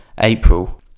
april